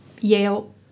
Yale